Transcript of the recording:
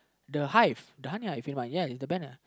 the hive the honey hive you know what ya it's the banner